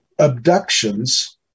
Abductions